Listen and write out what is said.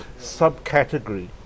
subcategory